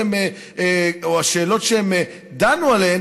או השאלות שהם דנו עליהן,